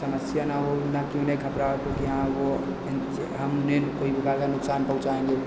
समस्या ना हो ना कि उन्हें घबराहट हो कि हाँ वह हम उन्हें कोई प्रकार का नुकसान पहुंचाएंगे